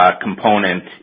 component